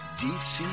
dc